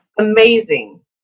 amazing